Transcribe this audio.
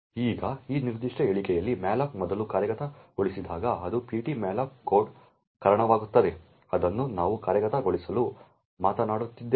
ಈಗ ಈ ನಿರ್ದಿಷ್ಟ ಹೇಳಿಕೆಯಲ್ಲಿ malloc ಮೊದಲು ಕಾರ್ಯಗತಗೊಳಿಸಿದಾಗ ಅದು ptmalloc ಕೋಡ್ಗೆ ಕಾರಣವಾಗುತ್ತದೆ ಅದನ್ನು ನಾವು ಕಾರ್ಯಗತಗೊಳಿಸಲು ಮಾತನಾಡುತ್ತಿದ್ದೇವೆ